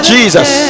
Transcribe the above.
Jesus